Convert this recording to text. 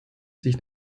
sich